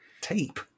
Tape